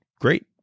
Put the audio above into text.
great